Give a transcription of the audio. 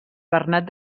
bernat